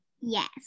Yes